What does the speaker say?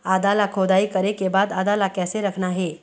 आदा ला खोदाई करे के बाद आदा ला कैसे रखना हे?